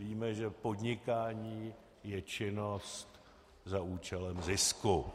Víme, že podnikání je činnost za účelem zisku.